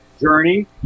journey